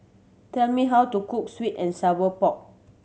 tell me how to cook sweet and sour pork